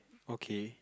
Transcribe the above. okay